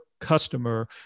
customer